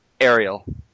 Ariel